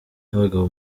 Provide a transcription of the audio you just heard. n’abagabo